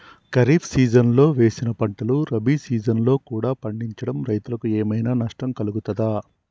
ఖరీఫ్ సీజన్లో వేసిన పంటలు రబీ సీజన్లో కూడా పండించడం రైతులకు ఏమైనా నష్టం కలుగుతదా?